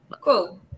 Cool